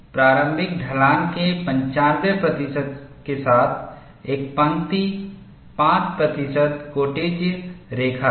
प्रारंभिक ढलान के 95 प्रतिशत के साथ एक पंक्ति 5 प्रतिशत कोटिज्या रेखा है